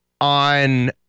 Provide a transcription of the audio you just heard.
on